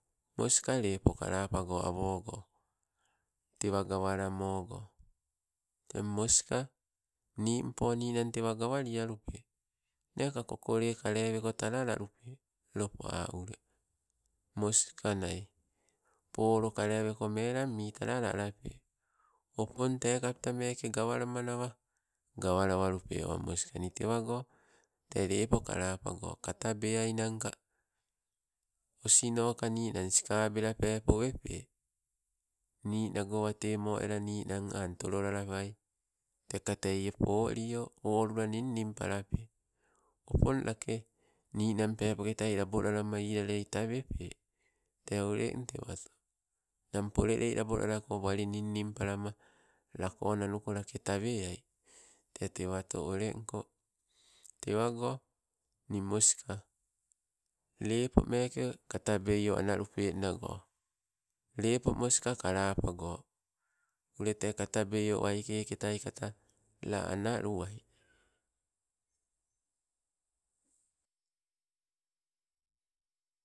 Moska lepo nii kalapago awago, tewa gawalamogo, tee moska. Nimpo ninang tewa gawalialupe laneka kokole kaleweko talalalupe, lopa ule. Moska nai polo kaleweko melang mii talala alape opong tee kaptamake gawelamanawe gawalawolupe oh moska ni tewago te lepo kalapago katabesinan ka osino ka ninan akablea pepo wepee ninago wate mo ela ninang aang tolalawai teka teie polio. Olula ninnin palape opon lakee, ninan pepoketai lapolalama italei tawepe. Tee oleng tewato, ninang polelei labolalako wali ningning palama lako nanuko lake taweai tee tewato olenko, tewago nii moska lepo meeke katabeio analupe nnago, lepo moska kalapago, ule te katabeio waike ketai kata la.